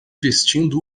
vestindo